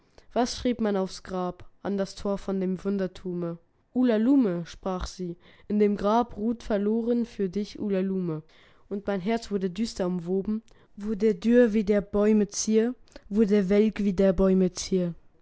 was schrieb man aufs grab an das tor von dem wundertume ulalume sprach sie in dem grab ruht verloren für dich ulalume und mein herz wurde düster umwoben wurde dürr wie der bäume zier wurde welk wie der bäume zier